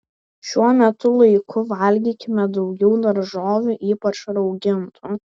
šiuo metų laiku valgykime daugiau daržovių ypač raugintų